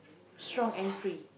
strong and free